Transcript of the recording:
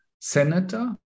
senator